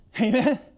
Amen